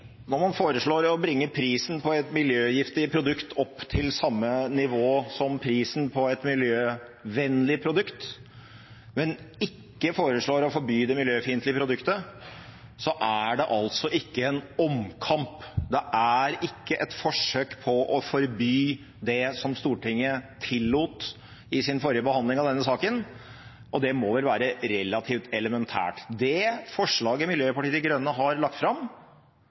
bringe prisen på et miljøgiftig produkt opp til samme nivå som prisen på et miljøvennlig produkt, men ikke foreslår å forby det miljøfiendtlige produktet, er det ikke en omkamp, det er ikke et forsøk på å forby det som Stortinget tillot i sin forrige behandling av denne saken. Det må vel være relativt elementært. Det forslaget Miljøpartiet De Grønne har lagt fram,